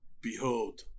Behold